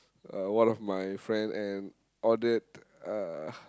uh one of my friend and ordered uh